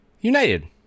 United